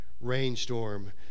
rainstorm